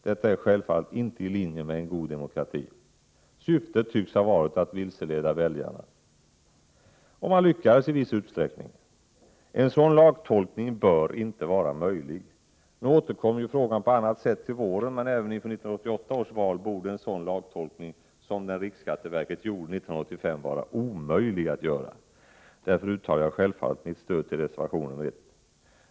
Detta är självfallet inte i linje med en god demokrati. Syftet tycks ha varit att vilseleda väljarna. Och man lyckades i viss utsträckning. En sådan lagtolkning bör inte vara möjlig. Nu återkommer ju frågan på annat sätt till våren, men även inför 1988 års val borde en sådan lagtolkning som den riksskatteverket gjorde 1985 vara omöjlig att göra. Därför uttalar jag självfallet mitt stöd till reservation 1.